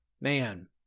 Man